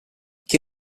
che